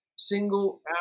single